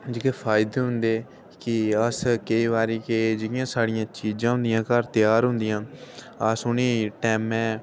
जेह्के फायदे होंदे कि अस केईं बारी जियां साढ़ियां चीजां होंदियां अस उनें गी टैमै